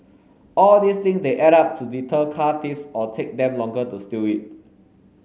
all these thing they add up to deter car thieves or take them longer to steal it